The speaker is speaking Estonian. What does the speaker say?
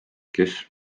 kes